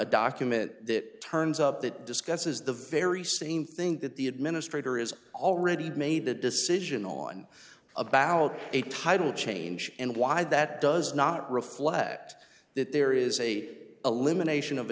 document that turns up that discusses the very same thing that the administrator is already made the decision on about a title change and why that does not reflect that there is a elimination